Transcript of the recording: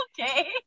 okay